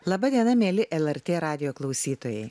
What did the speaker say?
laba diena mieli lrt radijo klausytojai